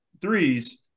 threes